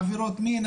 עבירות מין,